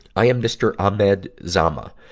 i am mr. ahmed zama,